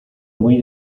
muy